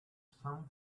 sun